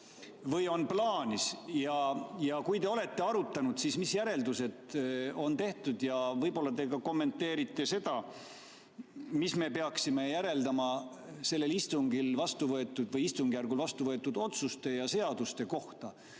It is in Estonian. otsust, ja kui te olete arutanud, siis mis järeldused on tehtud. Võib-olla te ka kommenteerite, mida me peaksime järeldama sellel istungil ja sellel istungjärgul vastuvõetud otsuste ja seaduste kohta.